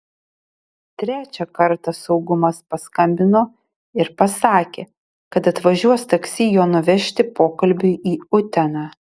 trečią kartą saugumas paskambino ir pasakė kad atvažiuos taksi jo nuvežti pokalbiui į uteną